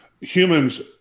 Humans